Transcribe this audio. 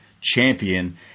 Champion